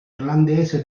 irlandese